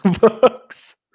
Books